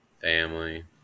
family